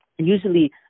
usually